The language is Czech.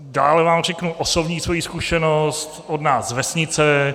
Dále vám řeknu osobní zkušenost od nás z vesnice.